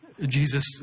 jesus